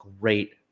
great